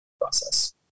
process